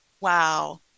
wow